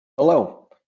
Hello